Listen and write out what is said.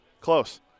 Close